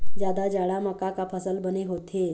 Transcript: जादा जाड़ा म का का फसल बने होथे?